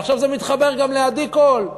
ועכשיו זה מתחבר גם לעדי קול.